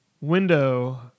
window